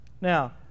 now